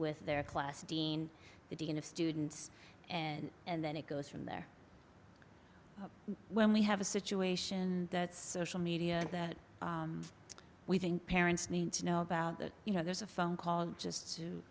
with their class dean the dean of students and and then it goes from there when we have a situation that's social media that we think parents need to know about that you know there's a phone call just to